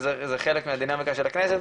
וזה חלק מהדינמיקה של הכנסת,